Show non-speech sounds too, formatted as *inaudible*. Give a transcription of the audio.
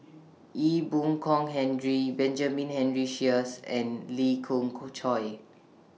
Ee Boon Kong Henry Benjamin Henry Sheares and Lee Khoon *unintelligible* Choy